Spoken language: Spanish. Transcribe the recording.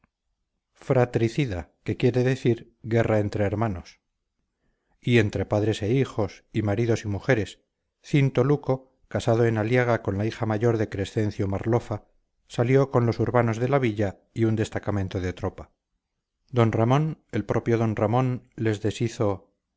fratricida que quiere decir guerra entre hermanos y entre padres e hijos y maridos y mujeres cinto luco casado en aliaga con la hija mayor de crescencio marlofa salió con los urbanos de la villa y un destacamento de tropa d ramón el propio d ramón les